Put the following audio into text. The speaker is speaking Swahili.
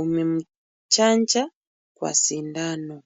umemchanja kwa shindano .